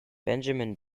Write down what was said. benjamin